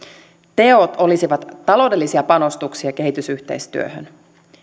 teot olisivat taloudellisia panostuksia kehitysyhteistyöhön